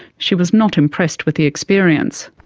she was not impressed with the experience.